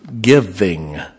giving